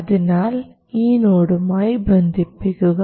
അതിനാൽ ഈ നോഡുമായി ബന്ധിപ്പിക്കുക